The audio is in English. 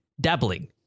dabbling